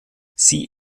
sie